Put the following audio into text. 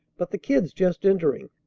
but the kid's just entering.